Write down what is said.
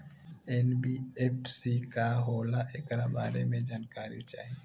NBFC का होला ऐकरा बारे मे जानकारी चाही?